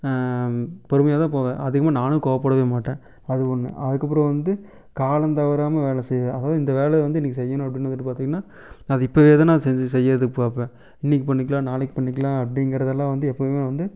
பொறுமையாக தான் போவேன் அதிகமாக நானும் கோபப்படவே மாட்டேன் அது ஒன்று அதற்கப்பறம் வந்து காலம் தவறாமல் வேலை செய்வேன் அதாவது இந்த வேலையை வந்து இன்னைக்கு செய்யணும் அப்படின்னு வந்துவிட்டு பார்த்தீங்கன்னா அது இப்போவே தான் நான் செஞ்சு செய்யறதுக்கு பார்ப்பேன் இன்னைக்கு பண்ணிக்கலாம் நாளைக்கு பண்ணிக்கலாம் அப்படிங்கறதெல்லாம் வந்து எப்போதுமே நான் வந்து